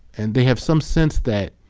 and they have some sense that